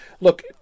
look